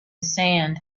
sand